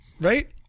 Right